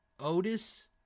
Otis